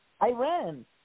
Iran